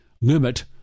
limit